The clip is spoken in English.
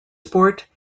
sport